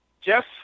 Jeff